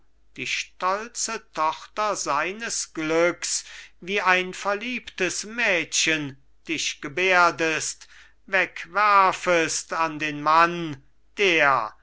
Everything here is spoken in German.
die stolze tochter seines glücks wie ein verliebtes mädchen dich gebärdest wegwerfest an den mann der